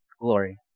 glory